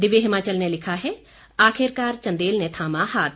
दिव्य हिमाचल ने लिखा है आखिरकार चंदेल ने थामा हाथ